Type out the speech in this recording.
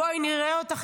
בואי נראה אותך,